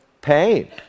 pain